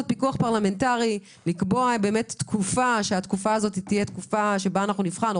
פיקוח פרלמנטרי ולקבוע תקופה שבה נבחן את זה,